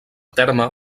terme